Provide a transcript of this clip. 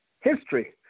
history